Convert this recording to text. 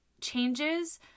changes